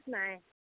নাই